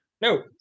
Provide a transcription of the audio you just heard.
No